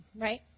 right